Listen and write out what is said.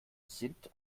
sind